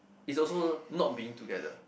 it's also not being together